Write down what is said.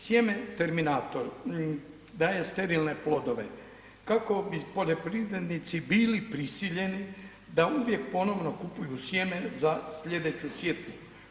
Sjeme terminator, daje sterilne plodove, kako bi poljoprivrednici bili prisiljeni da uvijek ponovno kupuju sjeme za sljedeću sjetvu.